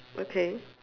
okay